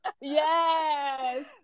yes